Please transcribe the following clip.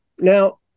Now